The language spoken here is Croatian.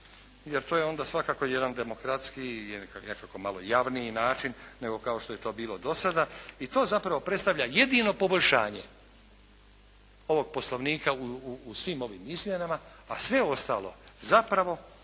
da to je onda svakako jedan demokratskiji i nekako malo javniji način nego kao što je to bilo do sada i to zapravo predstavlja jedino poboljšanje ovog Poslovnika u svim ovim izmjenama a sve ostalo zapravo